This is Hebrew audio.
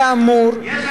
כאמור,